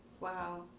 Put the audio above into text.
Wow